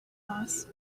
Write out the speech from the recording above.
boss